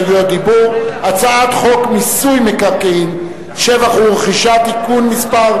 הצעת חוק מיסוי מקרקעין (שבח ורכישה) (תיקון מס'